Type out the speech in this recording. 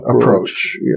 approach